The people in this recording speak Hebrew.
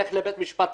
לך לבית משפט,